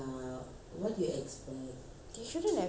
they shouldn't have done that to him lah